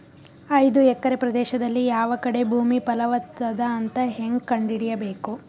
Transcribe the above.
ಐದು ಎಕರೆ ಪ್ರದೇಶದಲ್ಲಿ ಯಾವ ಕಡೆ ಭೂಮಿ ಫಲವತ ಅದ ಅಂತ ಹೇಂಗ ಕಂಡ ಹಿಡಿಯಬೇಕು?